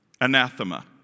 anathema